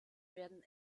werden